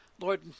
Lord